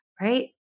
right